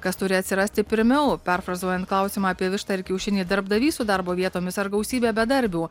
kas turi atsirasti pirmiau perfrazuojant klausimą apie vištą ir kiaušinį darbdavys su darbo vietomis ar gausybė bedarbių